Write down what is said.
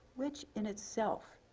which in itself,